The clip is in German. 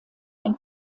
ein